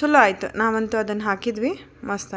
ಚಲೋ ಆಯಿತು ನಾವಂತೂ ಅದನ್ನ ಹಾಕಿದ್ವಿ ಮಸ್ತ್ ಆಯ್ತು